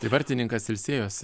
tai vartininkas ilsėjosi